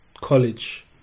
college